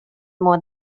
more